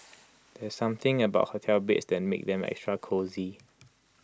there's something about hotel beds that makes them extra cosy